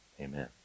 amen